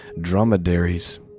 dromedaries